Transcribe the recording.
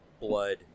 blood